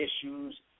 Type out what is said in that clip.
issues